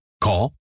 Call